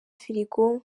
firigo